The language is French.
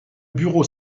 bureau